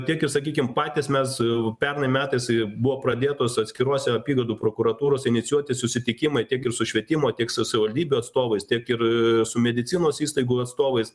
tiek ir sakykim patys mes pernai metais buvo pradėtos atskiruose apygardų prokuratūrose inicijuoti susitikimai tiek ir su švietimo teik su savivaldybių atstovais tiek ir su medicinos įstaigų atstovais